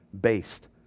based